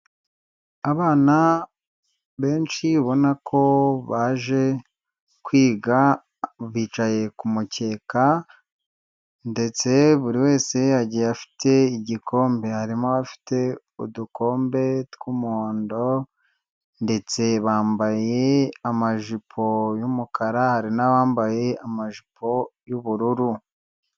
Abana benshi ubona ko baje kwiga, bicaye ku mukeka, ndetse buri wese agiye afite igikombe, harimo aba afite udukombe tw'umuhondo ndetse bambaye amajipo y'umukara, hari n'abambaye amajipo y'ubururu.